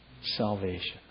salvation